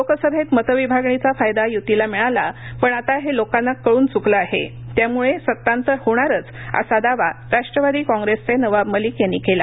लोकसभेत मतविभागणीचा फायदा यु्तीला मिळाला पण आता लोकांना हे कळून चुकलं आहे त्यामुळे सतांतर होणारच असा दावा राष्ट्रवादी कॉग्रेसचे नवाब मलिक यांनी केला